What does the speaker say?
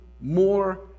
more